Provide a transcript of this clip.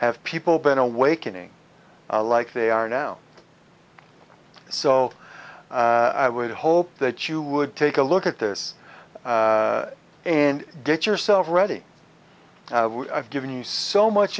have people been awakening like they are now so i would hope that you would take a look at this and get yourself ready i've given you so much